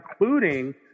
including